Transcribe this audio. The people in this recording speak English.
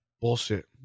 Bullshit